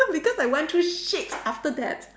because I went through shit after that